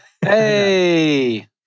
Hey